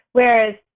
Whereas